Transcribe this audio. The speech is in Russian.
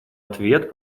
ответ